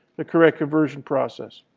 the correct conversion process.